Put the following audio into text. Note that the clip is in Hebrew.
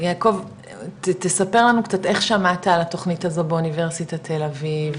יעקב תספר לנו קצת איך שמעת על התוכנית הזאת באוניברסיטת תל אביב?